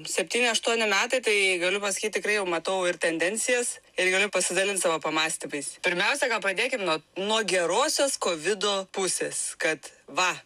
septyni aštuoni metai tai galiu pasakyt tikrai jau matau ir tendencijas ir galiu pasidalint savo pamąstymais pirmiausia gal pradėkim nuo nuo gerosios kovido pusės kad va